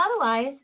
otherwise